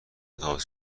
تماس